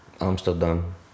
Amsterdam